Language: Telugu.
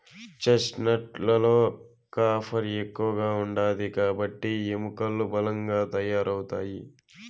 చెస్ట్నట్ లలో కాఫర్ ఎక్కువ ఉంటాది కాబట్టి ఎముకలు బలంగా తయారవుతాయి